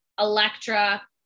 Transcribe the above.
Electra